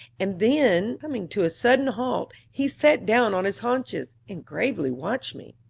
and then, coming to a sudden halt, he sat down on his haunches, and gravely watched me.